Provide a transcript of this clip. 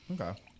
Okay